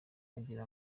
agira